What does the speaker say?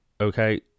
Okay